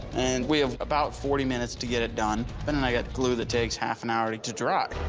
and we have about forty minutes to get it done. but and i got glue that takes half an hour to dry.